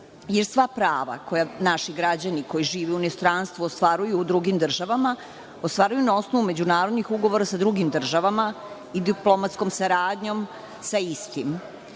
Sva prava koja naši građani koji žive u inostranstvu ostvaruju u drugim državama, ostvaruju na osnovu međunarodnih ugovora sa drugim državama i diplomatskom saradnjom sa istim. Briga